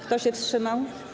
Kto się wstrzymał?